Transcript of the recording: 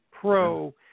pro